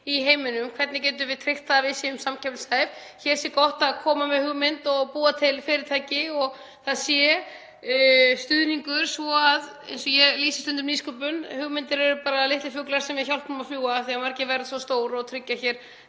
í heiminum og hvernig getum við tryggt það að við séum samkeppnishæf, að hér sé gott að koma með hugmynd og búa til fyrirtæki og það sé stuðningur því að eins og ég lýsi stundum nýsköpun þá eru hugmyndir bara litlir fuglar sem við hjálpum að fljúga af því að margir verða svo stórir og tryggja hér